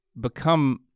become